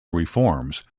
reforms